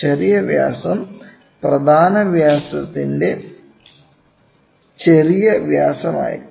ചെറിയ വ്യാസം പ്രധാന വ്യാസത്തിന്റെ ചെറിയ വ്യാസം ആയിരിക്കും